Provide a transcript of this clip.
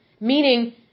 meaning